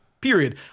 Period